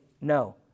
no